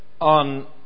on